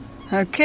Okay